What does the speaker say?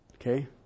Okay